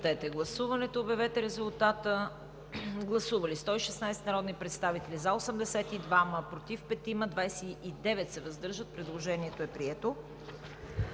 Предложението е прието.